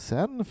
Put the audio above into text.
Sen